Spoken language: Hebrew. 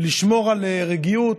ולשמור על רגיעה,